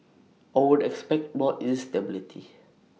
I would expect more instability